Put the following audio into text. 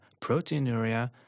proteinuria